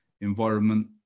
environment